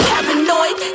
Paranoid